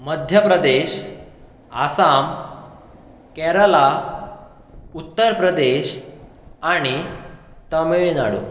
मध्य प्रदेश आसाम केरळा उत्तर प्रदेश आनी तमीळनाडू